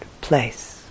place